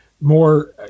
more